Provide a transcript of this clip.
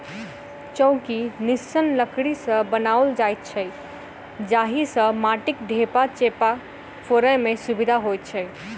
चौकी निस्सन लकड़ी सॅ बनाओल जाइत छै जाहि सॅ माटिक ढेपा चेपा फोड़य मे सुविधा होइत छै